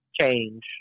change